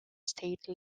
state